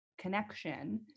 connection